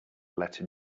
letter